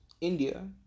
India